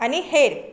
आनी हेर